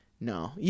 No